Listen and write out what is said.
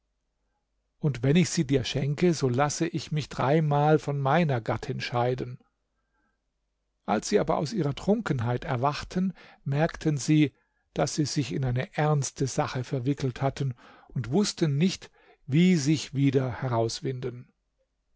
und wenn ich sie dir schenke so lasse ich mich dreimal von meiner gattin scheiden als sie aber aus ihrer trunkenheit erwachten merkten sie daß sie sich in eine ernste sache verwickelt hatten und wußten nicht wie sich wieder herauswinden